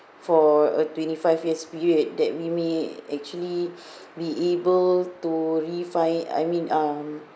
for a twenty five years period that we may actually be able to refi~ I mean um